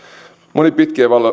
moni pitkien